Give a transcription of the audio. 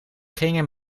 gingen